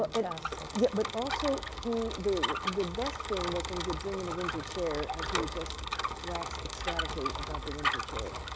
ah yeah, but also he, the the best thing was when he would bring in a windsor chair and he would just wax ecstatically about the windsor chair.